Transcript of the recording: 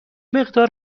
مقدار